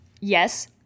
yes